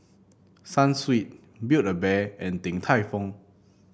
Sunsweet Build A Bear and Din Tai Fung